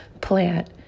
plant